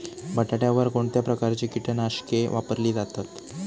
बटाट्यावर कोणत्या प्रकारची कीटकनाशके वापरली जातात?